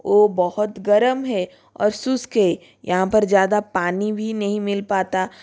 वो बहुत गर्म हैं और शुष्क है यहाँ पर ज़्यादा पानी भी नहीं मिल पता